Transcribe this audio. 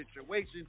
situation